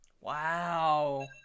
Wow